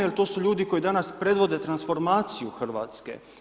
Jer to su ljudi koji danas predvode transformaciju Hrvatske.